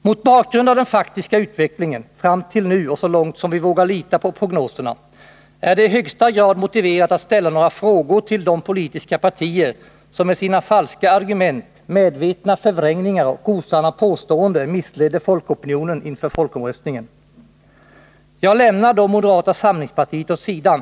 Mot bakgrund av den faktiska utvecklingen, fram till nu och så långt som vi vågar lita på prognoserna, är det i högsta grad motiverat att ställa några frågor till de politiska partier som med sina falska argument, medvetna förvrängningar och osanna påståenden missledde folkopinionen inför folkomröstningen. Jag lämnar då moderata samlingspartiet åt sidan.